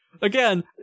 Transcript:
Again